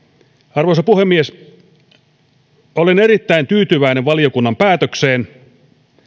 arvoisa puhemies olen erittäin tyytyväinen valiokunnan päätökseen